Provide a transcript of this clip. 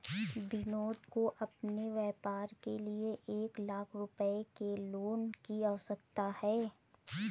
विनोद को अपने व्यापार के लिए एक लाख रूपए के लोन की आवश्यकता है